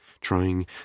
trying